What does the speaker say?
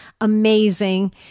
Amazing